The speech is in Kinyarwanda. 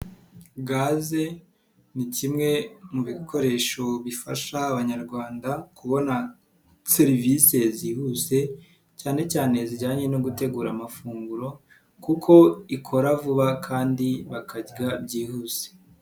Gaze ni kimwe mu bikoresho bifasha abanyarwanda kubona serivisi zihuse cyane cyane zijyanye no gutegura amafunguro kuko ikora vuba kandi bakarya byihuse.